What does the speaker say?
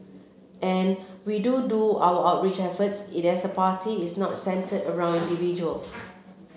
and we do do our outreach efforts it is as a party it's not centred around individual